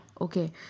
okay